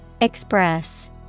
Express